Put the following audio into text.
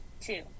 Two